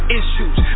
issues